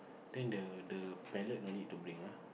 then the the palette no need to bring lah